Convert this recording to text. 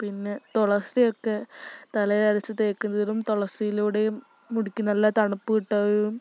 പിന്നെ തുളസിയൊക്കെ തലയില് അരച്ചുതേക്കുന്നതും തുളസിയിലൂടെയും മുടിക്കു നല്ല തണുപ്പു കിട്ടുകയും